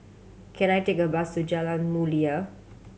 can I take a bus to Jalan Mulia